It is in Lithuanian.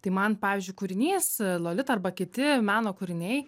tai man pavyzdžiui kūrinys lolita arba kiti meno kūriniai